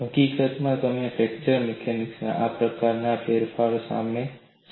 હકીકતમાં તમે fracture mechanics માં આ પ્રકારના ફેરફારનો સામનો કરશો